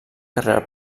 carrera